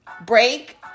break